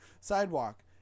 sidewalk